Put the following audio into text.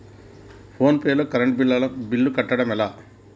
Phone pay లో current bill కట్టడం ఎట్లా?